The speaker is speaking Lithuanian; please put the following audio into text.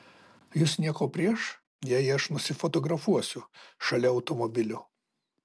jus nieko prieš jei aš nusifotografuosiu šalia automobilio